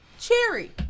cherry